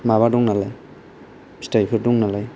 माबा दं नालाय फिथाइफोर दं नालाय